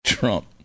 Trump